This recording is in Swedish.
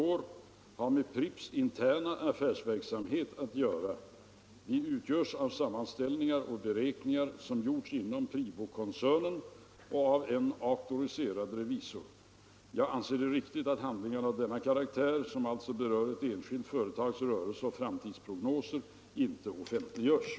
Hur anser finansministern att enskilda riksdagsmän skall kunna bedöma förslag om köp av företag när handlingarna på vilket köpeavtalet grundar sig hemligstämplats på detta sätt?